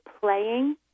playing